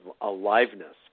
aliveness